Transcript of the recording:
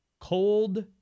cold